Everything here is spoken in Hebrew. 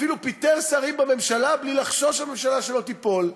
אפילו פיטר שרים בממשלה בלי לחשוש שהממשלה שלו תיפול.